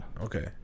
okay